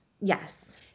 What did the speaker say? Yes